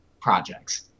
projects